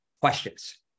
questions